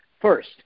First